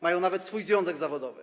Mają nawet swój związek zawodowy.